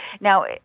Now